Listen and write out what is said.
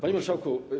Panie Marszałku!